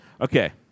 okay